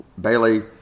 Bailey